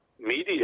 media